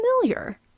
familiar